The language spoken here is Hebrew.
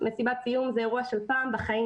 מסיבת סיום זה אירוע של פעם בחיים,